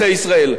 תודה רבה.